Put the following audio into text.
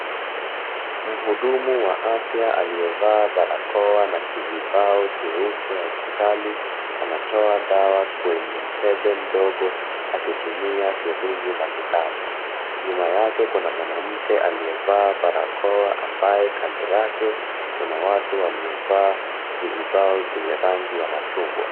Mhudumu wa afya aliyevaa barakoa na kizibao cheupe ya hospitali anatoa dawa kwenye mkebe mdogo akitumia sirinji na sindano. Nyuma yake kuna mwanamke aliyevaa barakoa ambaye kando yake kuna watu waliovaa vizibao vyenye rangi ya machungwa.